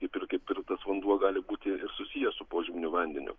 kaip ir kaip ir tas vanduo gali būti ir susijęs su požeminiu vandeniu